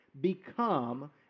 become